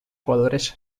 jugadores